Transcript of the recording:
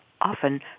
often